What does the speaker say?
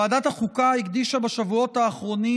ועדת החוקה הקדישה בשבועות האחרונים